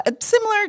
Similar